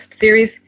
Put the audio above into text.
series